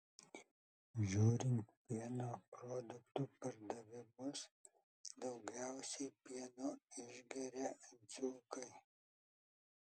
žiūrint pieno produktų pardavimus daugiausiai pieno išgeria dzūkai